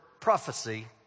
prophecy